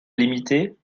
limiter